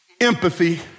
empathy